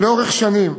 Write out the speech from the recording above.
לאורך שנים.